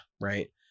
right